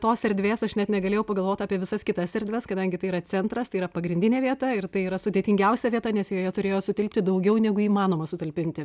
tos erdvės aš net negalėjau pagalvot apie visas kitas erdves kadangi tai yra centras tai yra pagrindinė vieta ir tai yra sudėtingiausia vieta nes joje turėjo sutilpti daugiau negu įmanoma sutalpinti